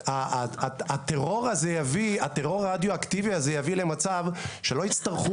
הטרור הרדיואקטיבי הזה יביא למצב שלא יצטרכו